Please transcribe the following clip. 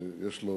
שיש לו